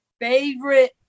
favorite